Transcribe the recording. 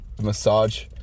massage